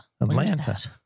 Atlanta